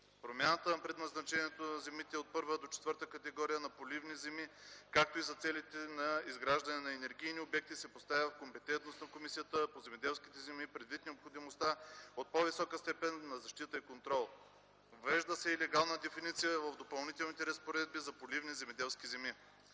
Промяната на предназначението на земите от първа до четвърта категория, на поливни земи, както и за целите на изграждане на енергийни обекти се поставя в компетентност на Комисията по земеделските земи предвид необходимостта от по-висока степен на защита и контрол. Въвежда се и легална дефиниция в Допълнителните разпоредби за поливни земеделски земи.